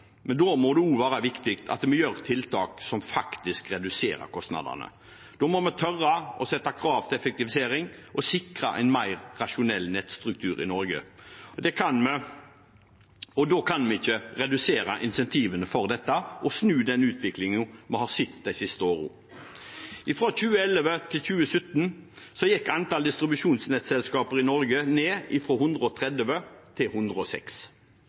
men da må det også være viktig at vi gjør tiltak som faktisk reduserer kostnadene. Da må vi tørre å sette krav til effektivisering og sikre en mer rasjonell nettstruktur i Norge. Da kan vi ikke redusere incentivene for dette og snu den utviklingen vi har sett de siste årene. Fra 2011 til 2017 gikk antall distribusjonsnettselskaper i Norge ned fra 130 til 106.